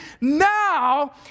Now